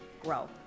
Grow